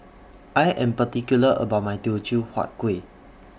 I Am particular about My Teochew Huat Kuih